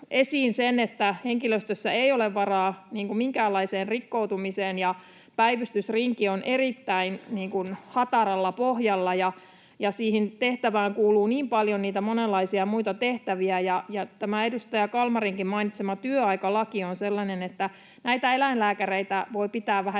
että henkilöstössä ei ole varaa minkäänlaiseen rikkoutumiseen. Päivystysrinki on erittäin hataralla pohjalla, ja siihen tehtävään kuuluu niin paljon niitä monenlaisia muita tehtäviä. Tämä edustaja Kalmarinkin mainitsema työaikalaki on sellainen, että näitä eläinlääkäreitä voi pitää vähän